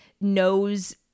knows